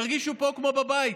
ירגישו פה כמו בבית